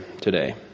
today